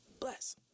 bless